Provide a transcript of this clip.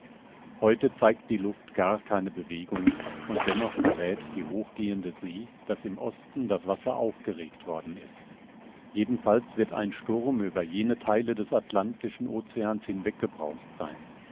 heute zeigt die luft gar keine bewegung und dennoch verräth die hohlgehende see daß im osten das wasser aufgeregt worden ist jedenfalls wird ein sturm über jene theile des atlantischen oceans hinweg gebraust sein